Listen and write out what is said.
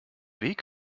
weg